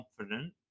confident